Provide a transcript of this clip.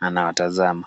anawatazama.